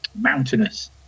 mountainous